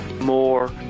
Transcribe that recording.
more